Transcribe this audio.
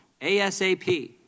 ASAP